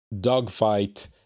dogfight